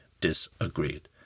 disagreed